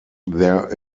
there